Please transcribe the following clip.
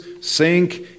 sink